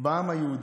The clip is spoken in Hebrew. בעם היהודי.